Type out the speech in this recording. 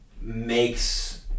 makes